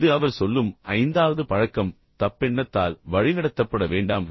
இது அவர் சொல்லும் ஐந்தாவது பழக்கம் தப்பெண்ணத்தால் வழிநடத்தப்பட வேண்டாம்